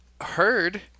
heard